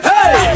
Hey